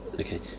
okay